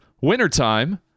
wintertime